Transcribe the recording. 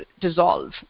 dissolve